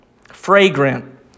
fragrant